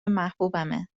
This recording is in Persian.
محبوبمه